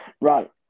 Right